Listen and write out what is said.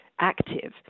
active